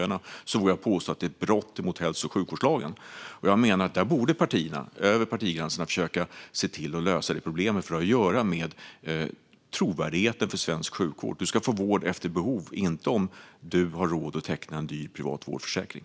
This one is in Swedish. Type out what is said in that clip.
Detta är, vågar jag påstå, ett brott mot hälso och sjukvårdslagen. Jag menar att där borde partierna, över partigränserna, försöka se till att lösa detta problem, för det har att göra med trovärdigheten hos svensk sjukvård. Man ska få vård efter behov, inte efter om man har råd att teckna en dyr privat vårdförsäkring.